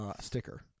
sticker